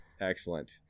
excellent